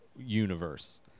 universe